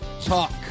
Talk